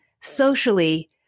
socially